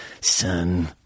son